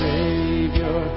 Savior